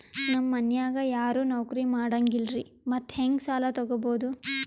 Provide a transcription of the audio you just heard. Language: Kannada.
ನಮ್ ಮನ್ಯಾಗ ಯಾರೂ ನೌಕ್ರಿ ಮಾಡಂಗಿಲ್ಲ್ರಿ ಮತ್ತೆಹೆಂಗ ಸಾಲಾ ತೊಗೊಬೌದು?